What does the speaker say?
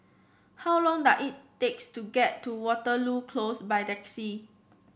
how long does it takes to get to Waterloo Close by taxi